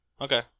Okay